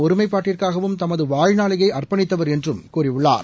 ஒருமைப்பாட்டுக்காகவும் தனது வாழ்நாளையே அர்ப்பணித்தவர் என்றும் கூறியுள்ளார்